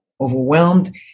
overwhelmed